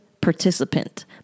participant